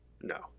No